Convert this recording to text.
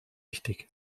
wichtig